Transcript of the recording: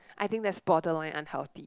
I think that's borderline unhealthy